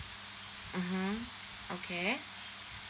mmhmm okay